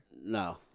No